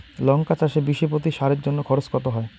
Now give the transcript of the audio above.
লঙ্কা চাষে বিষে প্রতি সারের জন্য খরচ কত হয়?